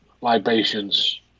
libations